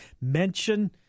Mention